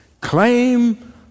claim